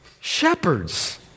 Shepherds